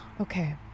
Okay